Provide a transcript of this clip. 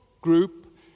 group